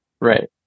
Right